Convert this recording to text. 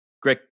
Greg